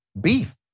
beef